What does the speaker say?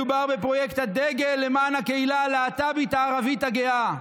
מדובר בפרויקט הדגל למען הקהילה הלהט"בית הערבית הגאה.